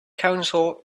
counsel